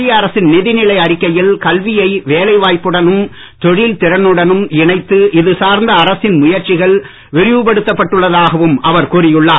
மத்திய அரசின் நிதி நிலை அறிக்கையில் கல்வியை வேலை வாய்ப்புடனும் தொழில் திறனுடன் இணைத்து இது சார்ந்த அரசின் முயற்சிகள் விரிவு படுத்தப்பட்டுள்ளதாகவும் அவர் கூறியுள்ளார்